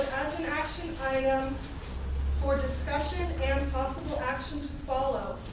an action item for discussion and possible action to follow